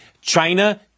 China